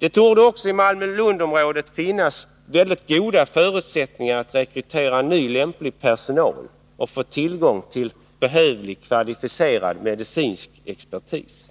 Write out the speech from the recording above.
Det torde också i Malmö-Lund-området finnas mycket goda förutsättningar för att rekrytera ny lämplig personal och få tillgång till behövlig kvalificerad medicinsk expertis.